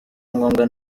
ngombwa